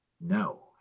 No